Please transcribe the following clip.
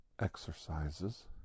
exercises